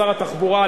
שר התחבורה,